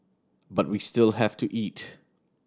but we still have to eat